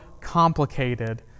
complicated